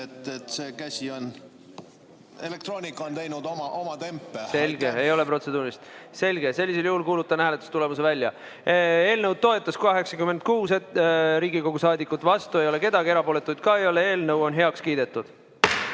See käsi on ..., elektroonika on teinud oma tempe. Selge, ei ole protseduurilist. Sellisel juhul kuulutan hääletustulemuse välja. Eelnõu toetas 86 Riigikogu liiget, vastu ei ole kedagi, erapooletuid ka ei ole. Eelnõu on heaks kiidetud. Nii,